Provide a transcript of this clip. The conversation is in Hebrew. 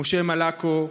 משה מלאקו,